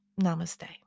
Namaste